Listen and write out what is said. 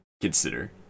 consider